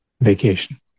vacation